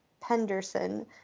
Penderson